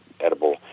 Edible